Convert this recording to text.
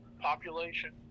population